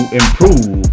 improve